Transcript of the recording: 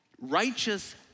righteous